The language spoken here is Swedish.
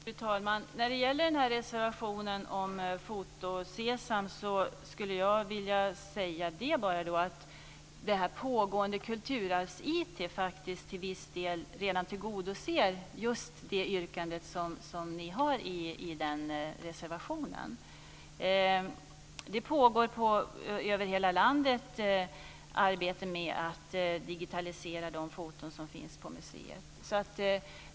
Fru talman! När det gäller reservationen om Foto SESAM skulle jag bara vilja säga att det pågående Kulturarvs-IT faktiskt redan till viss del tillgodoser just det yrkande som ni har i den reservationen. Det pågår över hela landet arbete med att digitalisera de foton som finns på museer.